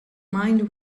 mind